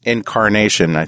incarnation